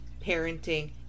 parenting